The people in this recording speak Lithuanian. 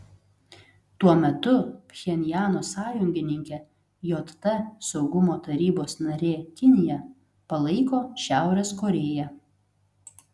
tuo metu pchenjano sąjungininkė jt saugumo tarybos narė kinija palaiko šiaurės korėją